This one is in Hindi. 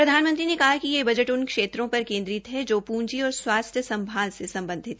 प्रधानमंत्री ने कहा कि यह बजट उन क्षेत्रों पर केन्द्रित है जो पूंजी और स्वास्थ्य संभल से सम्बधित है